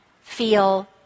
feel